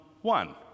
one